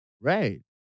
Right